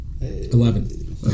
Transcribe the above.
Eleven